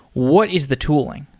what is the tooling?